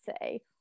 say